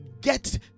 get